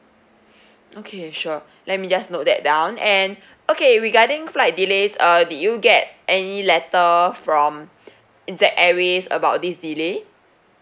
okay sure let me just note that down and okay regarding flight delays uh did you get any letter from Z airways about this delay